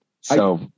So-